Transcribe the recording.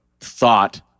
thought